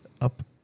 Up